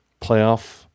playoff